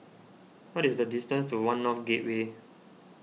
what is the distance to one North Gateway